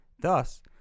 Thus